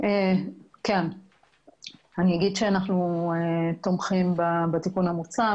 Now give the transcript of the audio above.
אגיד שאנחנו תומכים בתיקון המוצע.